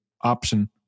option